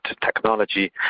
technology